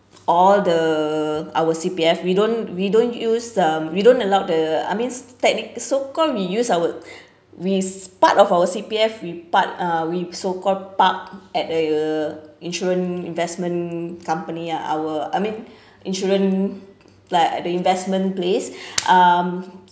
all the our C_P_F we don't we don't use uh we don't allow the I mean technic~ so so called we use our is part of our C_P_F we part uh we so called park at the insurance investment company ah our I mean insurance like the investment place um